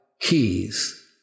keys